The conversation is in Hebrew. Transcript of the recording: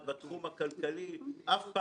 מפורט עד השקל האחרון,